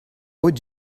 would